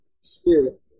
spirit